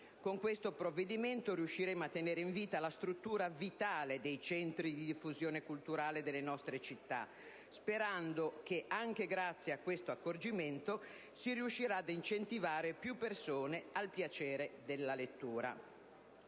Con questo provvedimento riusciremo a tenere in vita la struttura vitale dei centri di diffusione culturale delle nostre città, sperando che, anche grazie a questo accorgimento, si riuscirà a incentivare più persone al piacere della lettura.